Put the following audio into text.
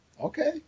Okay